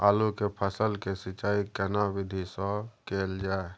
आलू के फसल के सिंचाई केना विधी स कैल जाए?